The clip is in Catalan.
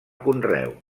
conreu